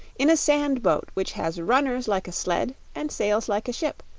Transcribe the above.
in a sand-boat, which has runners like a sled and sails like a ship.